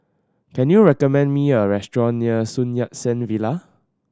can you recommend me a restaurant near Sun Yat Sen Villa